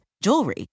jewelry